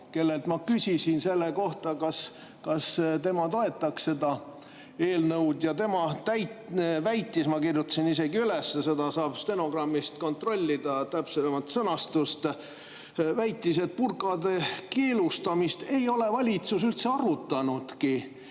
kellelt ma küsisin selle kohta, et kas tema toetaks seda eelnõu. Tema väitis – ma kirjutasin selle isegi üles, stenogrammist saab kontrollida täpsemat sõnastust –, et burkade keelustamist ei ole valitsus üldse arutanudki